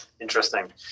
Interesting